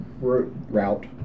Route